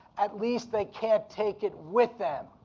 at least they can't take it with them.